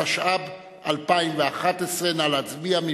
התשע"ב 2011. נא להצביע.